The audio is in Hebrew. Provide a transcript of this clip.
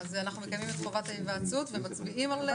אנחנו מקיימים את חובת ההיוועצות ומצביעים.